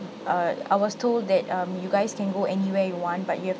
uh I was told that um you guys can go anywhere you want but you have